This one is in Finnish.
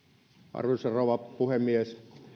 arvoisa rouva puhemies